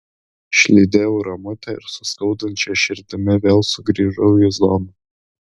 išlydėjau ramutę ir su skaudančia širdimi vėl sugrįžau į zoną